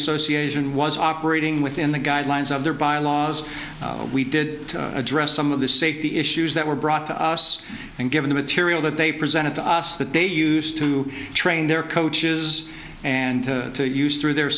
association was operating within the guidelines of their byelaws we did address some of the safety issues that were brought to us and given the material that they presented to us that they used to train their coaches and to use through their